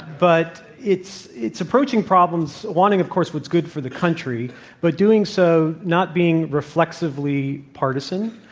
but it's it's approaching problems, wanting, of course, what's good for the country but doing so, not being reflexively partisan.